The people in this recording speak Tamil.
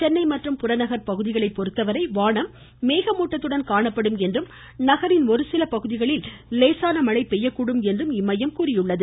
சென்னை மற்றும் புற நகர் பகுதிகளை பொறுத்த வரை வானம் மேகமூட்டத்துடன் காணப்படும் என்றும் நகரின் ஒருசில பகுதிகளில் லேசான மழை பெய்யக்கூடும் என்றும் இம்மையம் தெரிவித்துள்ளது